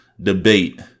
debate